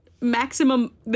Maximum